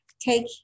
Take